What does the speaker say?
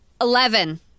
Eleven